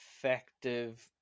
effective